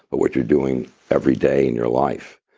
but what you're doing every day in your life,